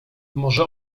może